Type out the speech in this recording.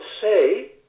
say